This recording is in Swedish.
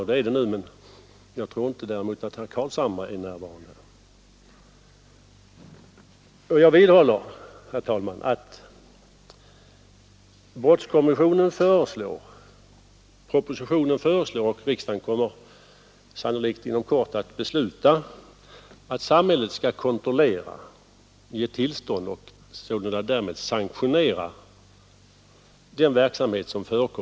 Det har skett nu, men jag tror däremot inte att herr Carlshamre är närvarande. Jag vidhåller, herr talman, att brottskommissionen och propositionen föreslår att samhället skall ge tillstånd till och sålunda därmed sanktionera den verksamhet som förekommer på sexklubbar och poseringsateljéer, och riksdagen kommer sannolikt om en kort stund att fatta beslut om detta.